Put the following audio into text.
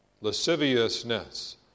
lasciviousness